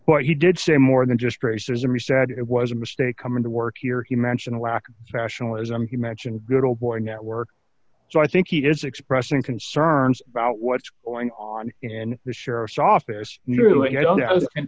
what he did say more than just racism you said it was a mistake coming to work here he mentioned lack of nationalism he mentioned good ole boy network so i think he is expressing concerns about what's going on in the sheriff's office near